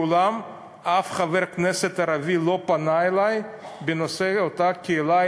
מעולם לא פנה אלי אף חבר כנסת ערבי בנושא של אותה קהילה,